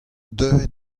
deuet